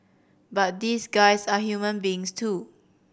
but these guys are human beings too